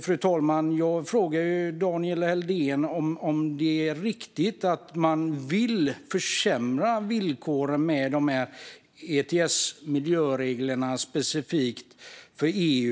Fru talman! Jag vill ställa en fråga till Daniel Helldén. Är det riktigt att man vill försämra villkoren i ETS - miljöreglerna - specifikt för EU?